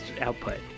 output